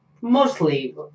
mostly